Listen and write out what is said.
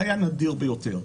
זה היה נדיר ביותר.